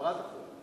להעברת החוק,